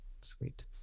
sweet